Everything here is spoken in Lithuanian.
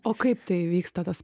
o kaip tai vyksta tas